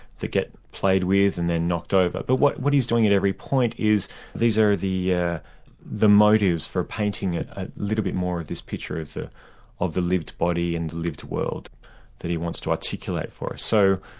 that get played with and then knocked over, but what what he's doing at every point is these are the yeah the motivs for painting a little bit more of this picture of the of the lived body and the lived world that he wants to articulate for us. so